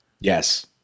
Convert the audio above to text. Yes